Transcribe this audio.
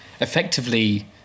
effectively